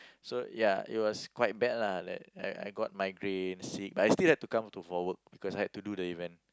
so ya it was quite bad lah that I I got migraine sick but I still had to come to for work because I had to do the event